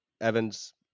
Evans